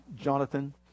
Jonathan